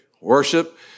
worship